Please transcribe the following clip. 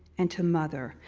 and to mother.